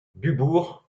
dubourg